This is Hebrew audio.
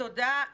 תודה,